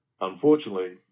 unfortunately